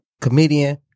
comedian